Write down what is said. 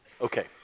Okay